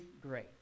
great